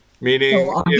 meaning